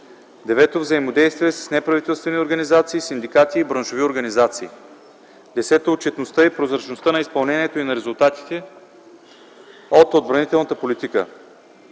9. взаимодействие с неправителствени организации, синдикати и браншови организации; 10. отчетността и прозрачността на изпълнението и на резултатите от отбранителната политика.